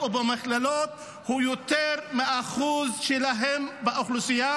ובמכללות הוא יותר מהאחוז שלהם באוכלוסייה,